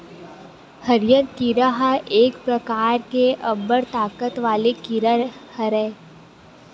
हरियर कीरा एक परकार के अब्बड़ ताकत वाले कीरा हरय